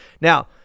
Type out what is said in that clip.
Now